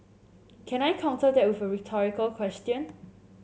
can I counter that with a rhetorical question